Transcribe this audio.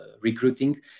recruiting